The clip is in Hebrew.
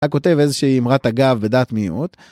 אתה כותב איזושהי אמרת אגב בדעת מיעוט.